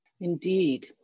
Indeed